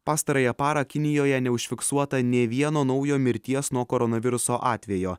pastarąją parą kinijoje neužfiksuota nė vieno naujo mirties nuo koronaviruso atvejo